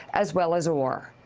as well as orr. orr.